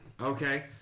Okay